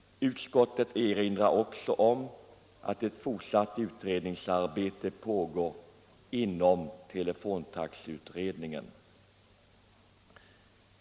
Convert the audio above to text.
Utskottet erinrar också om att ett fortsatt utredningsarbete pågår inom teletaxeutredningen.